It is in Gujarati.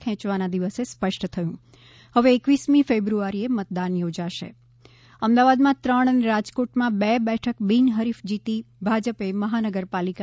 ખેંચવાના દિવસે સ્પષ્ટ થયું હવે એકવીસમી ફેબ્રુઆરીએ મતદાન યોજાશે અમદાવાદમાં ત્રણ અને રાજકોટમાં બે બેઠક બિનહરીફ જીતી ભાજપે મહાનગરપાલિકા